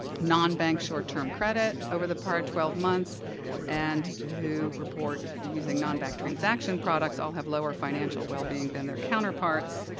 non-bank, short-term credit over the par of twelve months and who report using non-bank transaction products all have lower financial wellbeing than their counterparts.